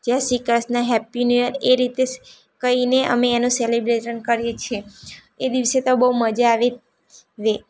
જય Shri Krishna happy new year એ રીતે કહીને અમે એનું સેલિબ્રેશન કરીએ છીએ એ દિવસે તો બહુ મજા આવી દે